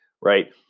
right